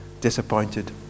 disappointed